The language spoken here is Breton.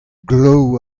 glav